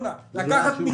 בסדר, תנסו להעלות אותו.